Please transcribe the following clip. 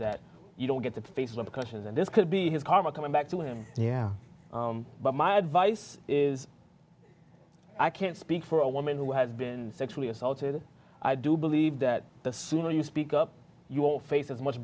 that you don't get to face a lot of questions and this could be his karma coming back to him yeah but my advice is i can't speak for a woman who has been sexually assaulted i do believe that the sooner you speak up you all face as much